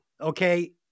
Okay